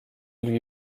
lui